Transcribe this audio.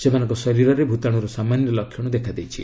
ସେମାନଙ୍କ ଶରୀରରେ ଭୂତାଣୁର ସାମାନ୍ୟ ଲକ୍ଷଣ ଦେଖାଦେଇଛି